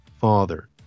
father